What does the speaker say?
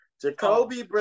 Jacoby